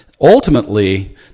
ultimately